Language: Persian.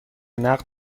نقد